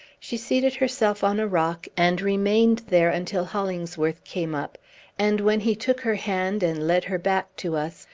she seated herself on a rock, and remained there until hollingsworth came up and when he took her hand and led her back to us,